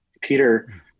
Peter